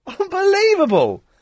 Unbelievable